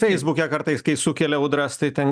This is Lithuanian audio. feisbuke kartais kai sukelia audras tai ten